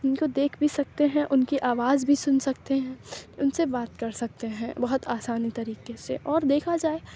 اُن کو دیکھ بھی سکتے ہیں اُن کی آواز بھی سُن سکتے ہیں اُن سے بات کر سکتے ہیں بہت آسانی طریقے سے اور دیکھا جائے